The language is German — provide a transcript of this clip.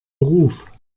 beruf